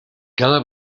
cada